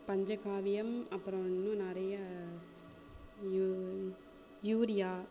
பஞ்சகாவியம் அப்புறம் இன்னும் நிறையா யூரியா